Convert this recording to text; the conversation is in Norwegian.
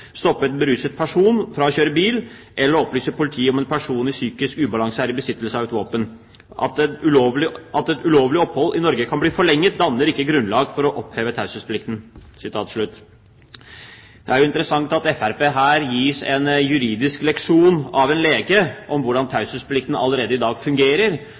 stoppe en beruset person fra å kjøre bil, eller å opplyse politi om at en person i psykisk ubalanse er i besittelse av et våpen. At et ulovlig opphold i Norge kan bli forlenget danner ikke grunnlag for å oppheve taushetsplikten.» Det er jo interessant at Fremskrittspartiet her gis en juridisk leksjon av en lege om hvordan taushetsplikten allerede i dag fungerer,